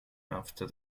after